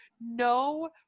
no